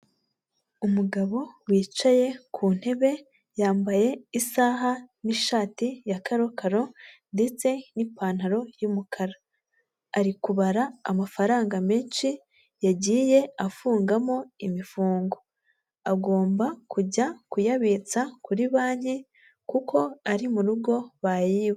Umugabo wicaye ku ntebe yambaye isaha n'ishati ya karokaro ndetse n'ipantaro y'umukara, ari kubara amafaranga menshi yagiye afungamo imifungo, agomba kujya kuyabitsa kuri banki kuko ari murugo bayiba.